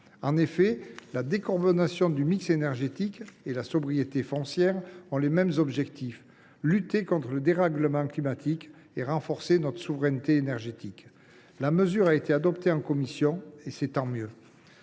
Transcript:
En effet, la décarbonation du mix énergétique et la sobriété foncière ont les mêmes objectifs : lutter contre le dérèglement climatique et renforcer notre souveraineté énergétique. La mesure a été adoptée en commission – tant mieux